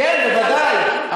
כן, בוודאי.